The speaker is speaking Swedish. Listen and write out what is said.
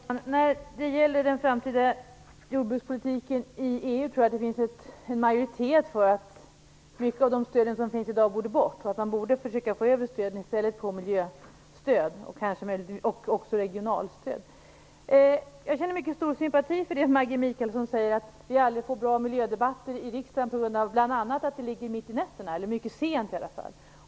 Herr talman! När det gäller den framtida jordbrukspolitiken i EU, tror jag att det finns en majoritet för att många av de stöd som finns i dag borde tas bort, och för att man i stället borde försöka få över pengarna till miljöstöd och regionalstöd. Jag känner mycket stor sympati för det som Maggi Mikaelsson säger, alltså att vi aldrig får bra miljödebatter i riksdagen, bl.a. på grund av att debatterna ligger mitt i natten, eller åtminstone mycket sent.